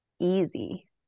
easy